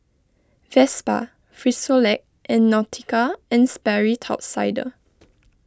Vespa Frisolac and Nautica and Sperry Top Sider